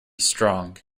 strong